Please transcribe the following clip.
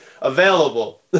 available